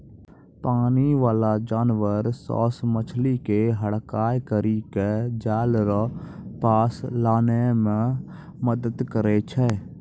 पानी बाला जानवर सोस मछली के हड़काय करी के जाल रो पास लानै मे मदद करै छै